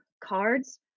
cards